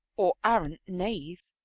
or arrant knave.